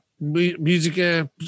Music